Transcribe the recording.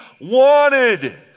wanted